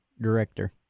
director